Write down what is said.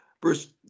Bruce